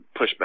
pushback